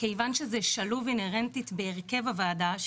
כיוון שזה שלוב אינהרנטית בהרכב הוועדה,